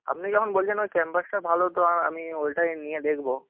আপনি যখন বলছেন ওই ক্যাম্পাসটা ভালো তো আমি ওটাই নিয়ে দেখব